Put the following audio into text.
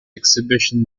exhibition